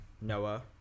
Noah